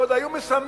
ועוד היו מסמנים: